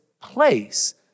place